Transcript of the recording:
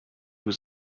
was